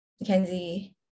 Mackenzie